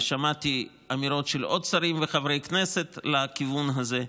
ושמעתי אמירות של עוד שרים וחברי כנסת לכיוון הזה.